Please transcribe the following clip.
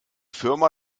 firma